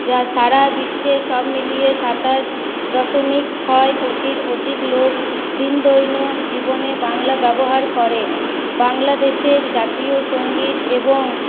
যা সারা বিশ্বে সব মিলিয়ে সাতাশ দশমিক ছয় কোটির অধিক লোক দিন দৈন্য জীবনে বাংলা ব্যবহার করে বাংলাদেশের জাতীয় সঙ্গীত এবং